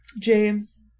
James